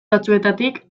batzuetatik